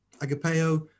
Agapeo